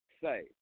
say